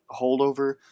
holdover